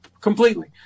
completely